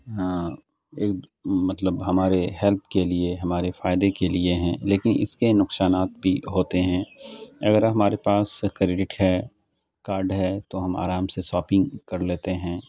ہاں ایک مطلب ہمارے ہیلپ کے لیے ہمارے فائدے کے لیے ہیں لیکن اس کے نقصانات بھی ہوتے ہیں اگر ہمارے پاس کریڈٹ ہے کاڈ ہے تو ہم آرام سے ساپنگ کر لیتے ہیں